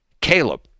Caleb